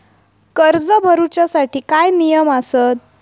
कर्ज भरूच्या साठी काय नियम आसत?